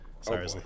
Sorry